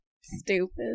Stupid